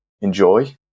enjoy